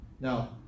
Now